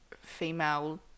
female